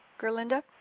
Gerlinda